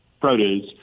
produce